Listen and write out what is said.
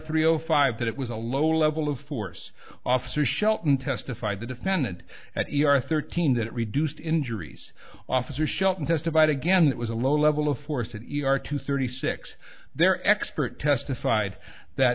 three o five that it was a lower level of force officer shelton testified the defendant at e r thirteen that reduced injuries officer shelton testified again that was a lower level of force in e r to thirty six their expert testified that